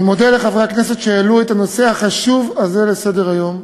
אני מודה לחברי הכנסת שהעלו את הנושא החשוב הזה לסדר-היום.